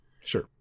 Sure